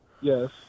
Yes